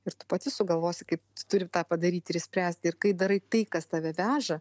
ir tu pati sugalvosi kaip turi tą padaryti ir išspręsti ir kai darai tai kas tave veža